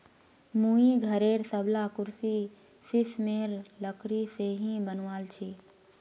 मुई घरेर सबला कुर्सी सिशमेर लकड़ी से ही बनवाल छि